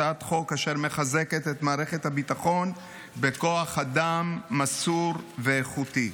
הצעת חוק אשר מחזקת את מערכת הביטחון בכוח אדם מסור ואיכותי.